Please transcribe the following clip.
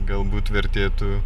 galbūt vertėtų